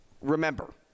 Remember